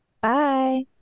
Bye